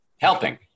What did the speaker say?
Helping